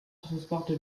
transporte